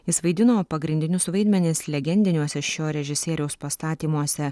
jis vaidino pagrindinius vaidmenis legendiniuose šio režisieriaus pastatymuose